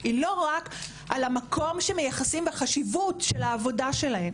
והיא לא רק על המקום שמייחסים בחשיבות של העבודה שלהן,